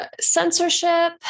censorship